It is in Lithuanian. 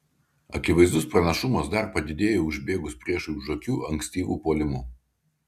akivaizdus pranašumas dar padidėjo užbėgus priešui už akių ankstyvu puolimu